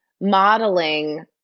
modeling